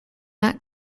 that